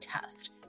test